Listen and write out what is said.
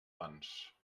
pans